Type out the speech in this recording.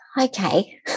Okay